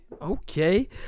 okay